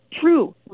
true